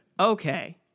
Okay